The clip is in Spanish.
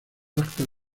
actas